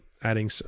adding